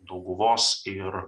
dauguvos ir